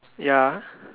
ya